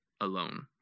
alone